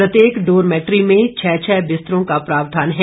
प्रत्येक डोरमैट्री में छः छः बिस्तरों का प्रावधान है